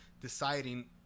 deciding